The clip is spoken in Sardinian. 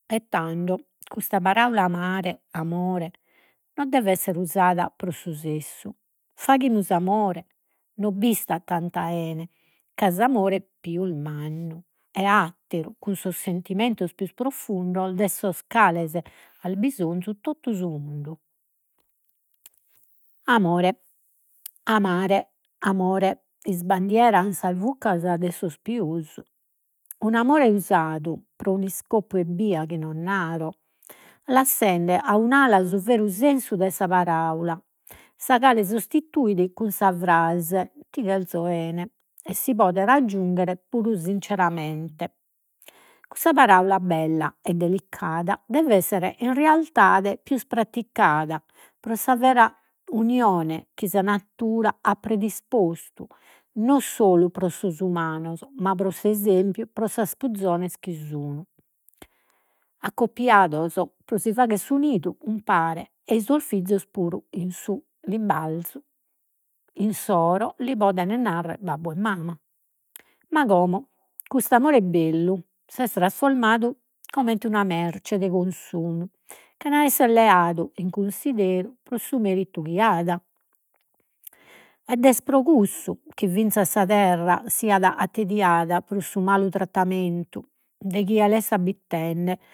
E tando custa paraula amore non devet essere usada pro su sessu. Faghimus amore no b'istat tantu ca s'amore pius mannu, e atteru, cun sos sentimentos pius prufundos, de sos cales at bisonzu totu su mundu. Amore. Amare, amore, isbandieran sas buccas de sos pius. Un'amore usadu pro un'iscopu chi no naro lassende a un'ala su veru sensu de sa paraula, sa cale sostituit cun sa frase, ti chelzo 'ene, e si podet aggiungere puru sinceramente. Cussa paraula bella e delicada devet essere in realidade pius pratigada, pro unione chi sa natura at predispostu non solu pro sos umanos ma, pro s'esempiu, pro sas puzones chi accoppiados pro si faghere su nidu umpare, ei sos fizos puru in su insoro lis poden narrere babbu e mama. Ma como custu amore bellu s'est trasformadu comente una merce de cunsumu, chena essere leadu in cunsideru pro su meritu chi at. Ed est pro cussu chi finzas sa terra siat attediada pro su malu trattamentu de chie l'est abitende